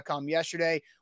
yesterday